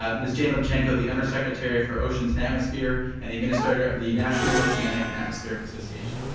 um ms. jane lubchenco, the undersecretary for oceans and atmosphere and the administrator of the national oceanic and atmospheric association.